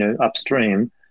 upstream